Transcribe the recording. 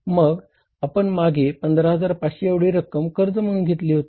मग आपण मागे 15500 एवढी रक्कम कर्ज म्हणून घेतली होती